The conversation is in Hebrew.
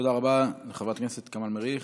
תודה רבה לחברת הכנסת כמאל מריח.